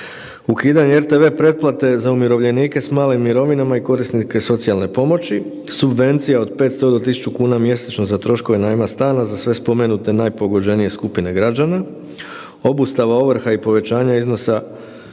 ukidanje RTV pretplate za umirovljenike s malim mirovinama i korisnike socijalne pomoći. Subvencija od 500 do 1.000 kuna mjesečno za troškove najma stana za sve spomenute najpogođenije skupine građana. Obustava ovrha i povećanje iznosa plaća